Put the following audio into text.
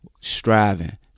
striving